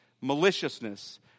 maliciousness